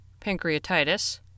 pancreatitis